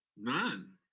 none!